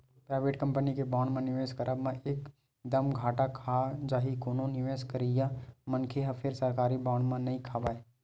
private company के bond म निवेस करब म एक दम घाटा खा जाही कोनो निवेस करइया मनखे ह फेर सरकारी बांड म नइ खावय